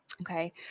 okay